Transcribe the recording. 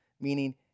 meaning